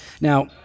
Now